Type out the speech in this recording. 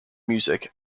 music